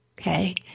okay